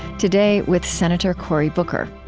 today with senator cory booker.